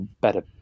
better